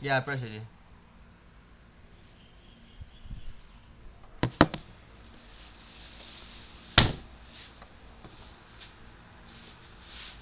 ya I press already